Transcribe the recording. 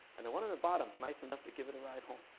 and the one on the bottom's nice enough to give it a ride home.